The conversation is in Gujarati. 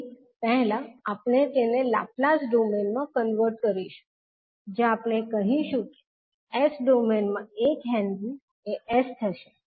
તેથી પહેલા આપણે તેને લાપ્લાસ ડોમેઈન માં કન્વર્ટ કરીશું જે આપણે કહીશું કે s ડોમેઈન માં 1 હેનરી એ s થશે